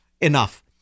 enough